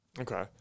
Okay